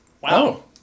Wow